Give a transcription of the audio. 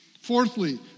Fourthly